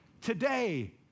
today